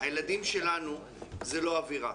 הילדים שלנו זה לא אווירה,